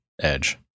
edge